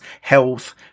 health